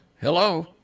Hello